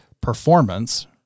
performance